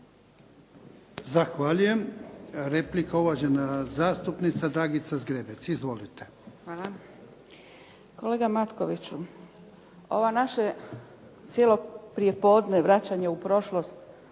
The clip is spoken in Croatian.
Zahvaljujem. Replika, uvažena zastupnica Dragica Zgrebec. Izvolite. **Zgrebec, Dragica (SDP)** Kolega Matkoviću, ovo naše cijelo prijepodne vraćanje u prošlost